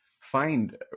find